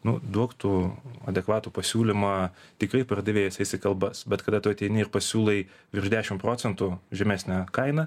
nu duok tu adekvatų pasiūlymą tikrai pardavėjas eis į kalbas bet kada tu ateini ir pasiūlai virš dešimt procentų žemesne kaina